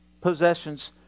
possessions